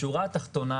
התחתונה,